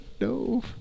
No